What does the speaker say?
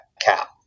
cap